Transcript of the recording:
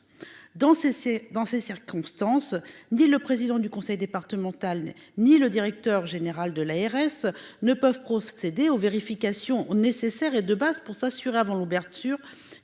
dans ces circonstances, dit le président du conseil départemental, ni le directeur général de l'ARS ne peuvent procéder aux vérifications nécessaires et de base pour s'assurer, avant l'ouverture